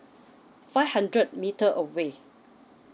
five hundred meter away